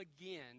again